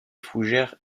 fougères